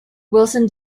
wilson